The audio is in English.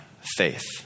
faith